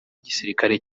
gisirikari